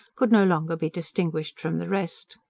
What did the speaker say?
could no longer be distinguished from the rest.